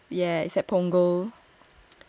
yeah it's at Punggol